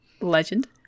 Legend